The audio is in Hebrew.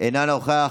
אינו נוכח,